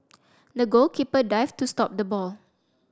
the goalkeeper dived to stop the ball